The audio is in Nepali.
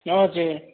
हजुर